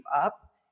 up